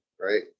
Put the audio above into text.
right